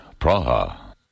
Praha